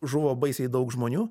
žuvo baisiai daug žmonių